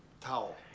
Towel